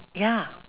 ya